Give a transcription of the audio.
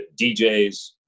DJs